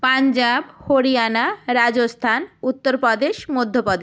Punjab Haryana Rajasthan Uttar Pradesh Madhya Pradesh